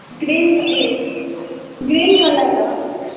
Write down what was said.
green green କଲର୍ର